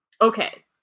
Okay